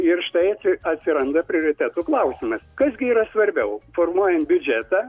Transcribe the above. ir štai atsi atsiranda prioritetų klausimas kas gi yra svarbiau formuojant biudžetą